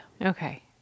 Okay